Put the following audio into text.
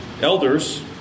Elders